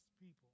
people